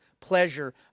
pleasure